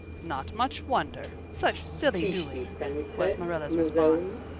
not much wonder! such silly doings! was marilla's response.